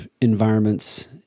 environments